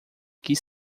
que